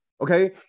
Okay